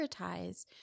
prioritize